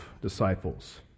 disciples